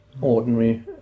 ordinary